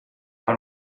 per